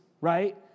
right